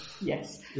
Yes